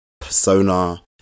persona